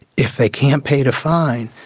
if they can't pay the fine,